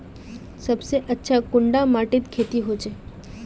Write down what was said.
सबसे अच्छा कुंडा माटित खेती होचे?